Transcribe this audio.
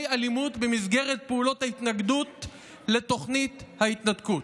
אלימות במסגרת פעולות ההתנגדות לתוכנית ההתנתקות.